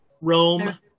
Rome